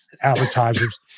advertisers